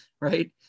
right